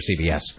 CBS